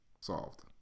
Solved